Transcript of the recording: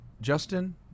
Justin